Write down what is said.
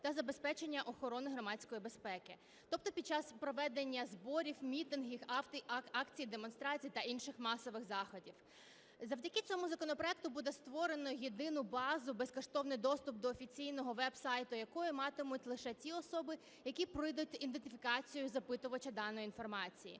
та забезпечення охорони громадської безпеки. Тобто під час проведення зборів, мітингів, акцій, демонстрацій та інших масових заходів. Завдяки цьому законопроекту буде створено єдину базу, безкоштовний доступ до офіційного вебсайту якої матимуть лише ті особи, які пройдуть ідентифікацію запитувача даної інформації.